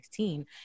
2016